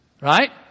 right